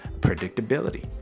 predictability